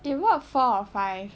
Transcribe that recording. you bought four or five